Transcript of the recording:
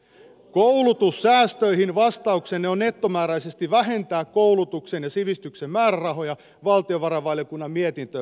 koulutussäästöihin vastauksenne on nettomääräisesti vähentää koulutuksen ja sivistyksen määrärahoja valtiovarainvaliokunnan mietintöön verrattuna